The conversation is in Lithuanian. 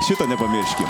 šito nepamirški